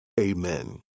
Amen